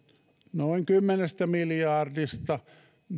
noin kymmenestä miljardista